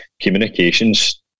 communications